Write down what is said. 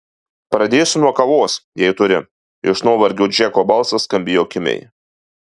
pradėsiu nuo kavos jei turi iš nuovargio džeko balsas skambėjo kimiai